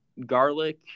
Garlic